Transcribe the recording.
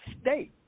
State